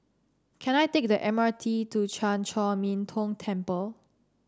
can I take the M R T to Chan Chor Min Tong Temple